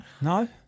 No